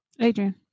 Adrian